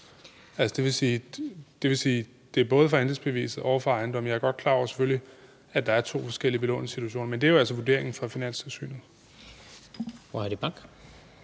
det vil sige, at det både er for andelsbevægelsen og for ejendommen. Jeg er selvfølgelig godt klar over, at der er to forskellige belåningssituationer, men det er jo altså vurderingen fra Finanstilsynet. Kl. 17:09 Tredje